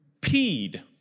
peed